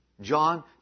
John